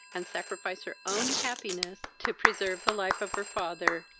and sacrifice her own happiness to preserve the life of her father,